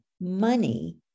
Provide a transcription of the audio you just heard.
money